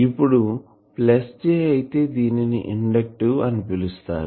ఇప్పుడు plus J అయితే దీనిని ఇండక్టివ్ అని పిలుస్తారు